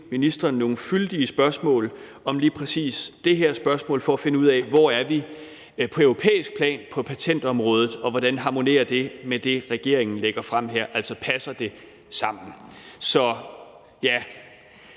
ministeren nogle fyldige spørgsmål om lige præcis det her emne for at finde ud af: Hvor er vi på europæisk plan på patentområdet, og hvordan harmonerer det med det, regeringen lægger frem her – altså, passer det sammen? Så et